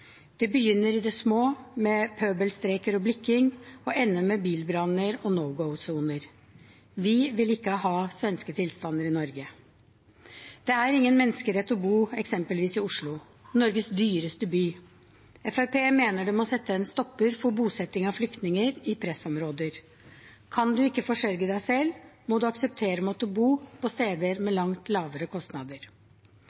Det begynner i det små med pøbelstreker og blikking og ender med bilbranner og no go-soner. Vi vil ikke ha svenske tilstander i Norge. Det er ingen menneskerett å bo eksempelvis i Oslo, Norges dyreste by. Fremskrittspartiet mener det må settes en stopper for bosetting av flyktninger i pressområder. Kan du ikke forsørge deg selv, må du akseptere å måtte bo på steder med